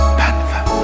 panther